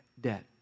debt